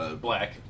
black